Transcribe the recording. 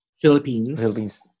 philippines